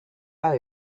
are